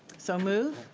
so move.